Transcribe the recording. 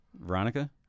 Veronica